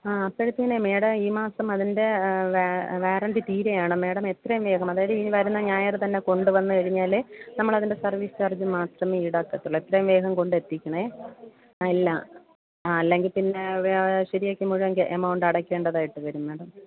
ആ അപ്പോഴത്തേന് മേഡം ഈ മാസം അതിൻ്റെ വാറൻറ്റി തീരുകയാണ് മാഡം എത്രയും വേഗം അതായത് ഈ വരുന്ന ഞായറ് തന്നെ കൊണ്ട് വന്ന് കഴിഞ്ഞാൽ നമ്മളതിൻ്റെ സർവീസ് ചാർജ് മാത്രം ഈടാക്കത്തുള്ളൂ എത്രയും വേഗം കൊണ്ട് എത്തിക്കണേ ആ ഇല്ല ആ അല്ലെങ്കിൽ പിന്നെ ശരിയാക്കി മുഴുവൻ എമൗണ്ട് അടയ്ക്കേണ്ടതായിട്ട് വരും മാഡം